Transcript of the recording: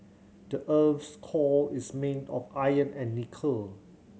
the earth's core is made of iron and nickel